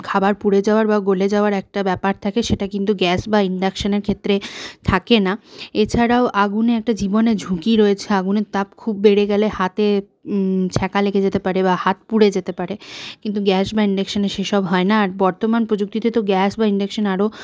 খাবার পুড়ে যাওয়ার বা গলে যাওয়ার একটা ব্যাপার থাকে সেটা কিন্তু গ্যাস বা ইন্ডাকশনের ক্ষেত্রে থাকে না এছাড়াও আগুনের একটা জীবনের ঝুঁকি রয়েছে আগুনের তাপ খুব বেড়ে গেলে হাতে ছ্যাঁকা লেগে লেগে যেতে পারে বা হাত পুড়ে যেতে পারে কিন্তু গ্যাস বা ইন্ডাকশনে সেসব হয় না আর বর্তমান প্রযুক্তিতে তো গ্যাস বা ইন্ডাকশন আরও